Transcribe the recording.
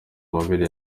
amabere